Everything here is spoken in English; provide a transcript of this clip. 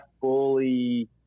fully –